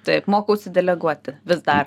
taip mokausi deleguoti vis dar